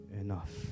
enough